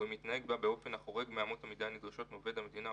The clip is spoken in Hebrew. או אם התנהג בה באופן החורג מאמות המידה הנדרשות מעובד המדינה,